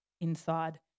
inside